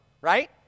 right